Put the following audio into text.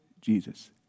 Jesus